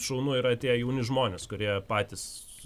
šaunu yra tie jauni žmonės kurie patys